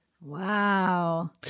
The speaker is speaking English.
wow